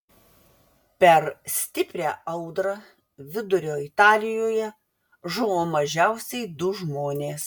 per stiprią audrą vidurio italijoje žuvo mažiausiai du žmonės